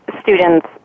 students